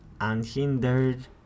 unhindered